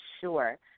sure